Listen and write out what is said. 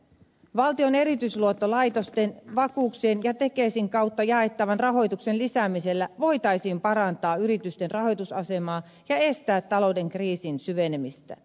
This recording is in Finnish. valtion erityisluottolaitosten vakuuksien ja tekesin kautta jaettavan rahoituksen lisäämisellä voitaisiin parantaa yritysten rahoitusasemaa ja estää talouden kriisin syvenemistä